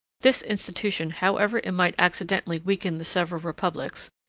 this institution, however it might accidentally weaken the several republics,